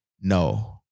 no